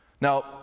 Now